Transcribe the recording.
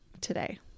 today